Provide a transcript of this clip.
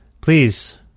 Please